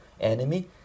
enemy